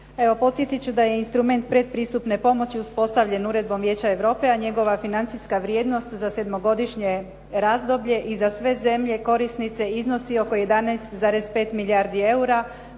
podsjetit ću da je instrument predpristupne pomoći uspostavljen Uredbom Vijeća Europe, a njegova financijska vrijednost za sedmogodišnje razdoblje i za sve zemlje korisnice iznosi oko 11,5 milijardi eura.